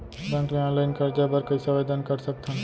Bank ले online करजा बर कइसे आवेदन कर सकथन?